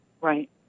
Right